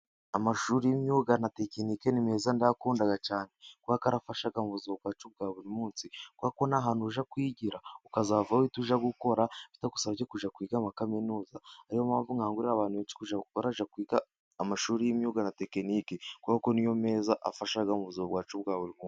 Amashuri y'imyuga na tekinke ni meza ndakunda cyane kuko arafasha mu buzima bwacu bwa buri munsi. Kuko ni ahantu ujya kwigira ukazavayo uzi icyo gukora bitagusabye kujya kwiga muri kaminuza. Ari yo mpamvu nkangurira abantu bajye kwiga amashuri y'imyuga na tekiniki kuko kuko ni yo meza afasha mu buzima bwacu bwa buri munsi.